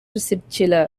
சிற்சில